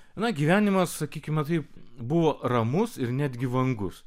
na gyvenimas sakykime taip buvo ramus ir netgi vangus